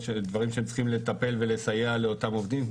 לדברים שבהם הם צריכים לטפל ולסייע לאותם עובדים,